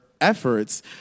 efforts